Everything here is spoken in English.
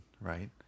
right